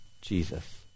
Jesus